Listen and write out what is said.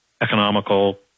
Economical